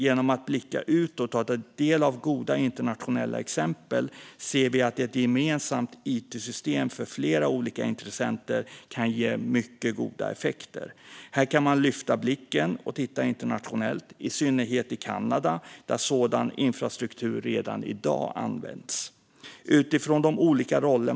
Genom att blicka utåt och ta del av goda internationella exempel ser vi att ett gemensamt it-system för flera olika intressenter kan ge mycket goda effekter. I synnerhet bör man lyfta blicken och titta på Kanada, där sådan infrastruktur redan i dag används.